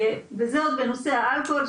וזה עוד בנושא האלכוהול,